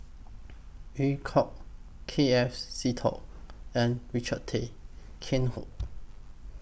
EU Kong K F Seetoh and Richard Tay Tian Hoe